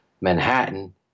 Manhattan